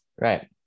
Right